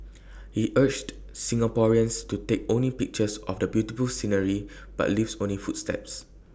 he urged Singaporeans to take only pictures of the beautiful scenery but leave only footsteps